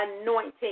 anointing